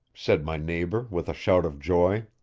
said my neighbor with a shout of joy.